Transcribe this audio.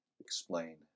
Explain